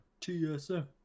TSM